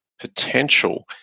Potential